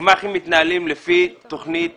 הגמ"חים מתנהלים לפי תכנית